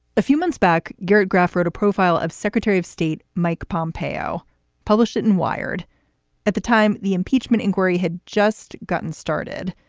a few months back, garrett graff wrote a profile of secretary of state mike pompeo published in wired at the time the impeachment inquiry had just gotten started.